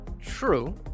True